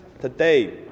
today